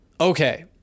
Okay